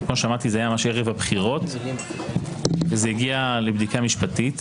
כמו שאמרתי זה היה ממש ערב הבחירות וזה הגיע לבדיקה משפטית